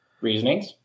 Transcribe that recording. Reasonings